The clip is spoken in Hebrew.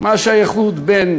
מה השייכות בין